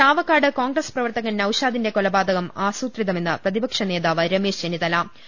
ചാവക്കാട് കോൺഗ്രസ് പ്രിവർത്തികൻ നൌഷാദിന്റെ കൊല പാതകം ആസൂത്രിതമെന്ന് പ്രതിപക്ഷനേതാവ് രമേശ് ചെന്നിത്ത ല പറഞ്ഞു